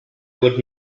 would